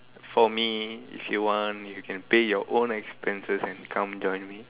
for me if you want you can pay your own expenses and come join me